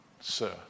sir